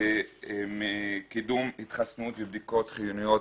קידום התחסנות ובדיקות חיוניות